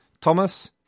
Thomas